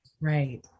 Right